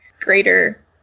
greater